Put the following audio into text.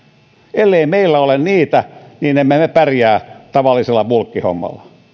ellei meillä ole niitä niin emme me pärjää tavallisella bulkkihommalla